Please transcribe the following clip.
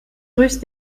russe